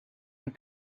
and